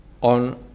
on